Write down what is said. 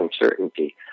uncertainty